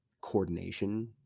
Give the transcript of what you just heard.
coordination